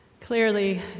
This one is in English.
Clearly